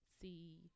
see